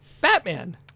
Batman